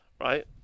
right